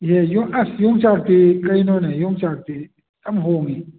ꯏꯍꯦ ꯑꯁ ꯌꯣꯡꯆꯥꯛꯇꯤ ꯀꯩꯅꯣꯅꯦ ꯌꯣꯡꯆꯥꯛꯇꯤ ꯌꯥꯝ ꯍꯣꯡꯉꯤ